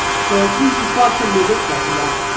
so, each instruction may take slightly longer.